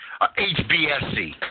HBSC